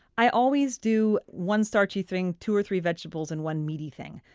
i always do one starchy thing, two or three vegetables, and one meaty thing.